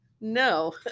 No